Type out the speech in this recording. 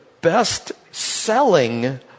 best-selling